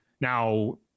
Now